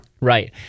right